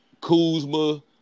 Kuzma